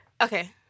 okay